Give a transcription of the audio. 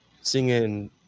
singing